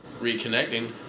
reconnecting